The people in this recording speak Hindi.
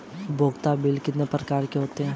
उपयोगिता बिल कितने प्रकार के होते हैं?